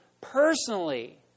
personally